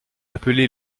appelé